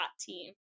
team